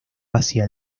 hacia